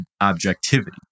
objectivity